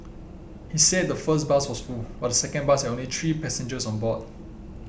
he said the first bus was full but the second bus had only three passengers on board